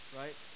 right